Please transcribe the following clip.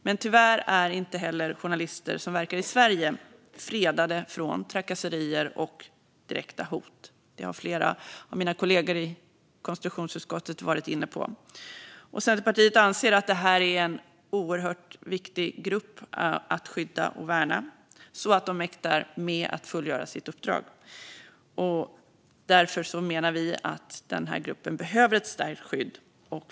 Men tyvärr är inte heller journalister som verkar i Sverige fredade från trakasserier och direkta hot. Det har flera av mina kollegor i konstitutionsutskottet varit inne på. Centerpartiet anser att det här är en grupp som är oerhört viktig att skydda och värna så att de mäktar med att fullgöra sitt viktiga uppdrag. Därför menar vi att den gruppen behöver ett stärkt skydd.